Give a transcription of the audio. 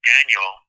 Daniel